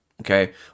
Okay